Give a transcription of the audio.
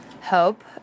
hope